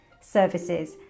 services